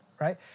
Right